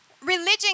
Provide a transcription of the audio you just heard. Religion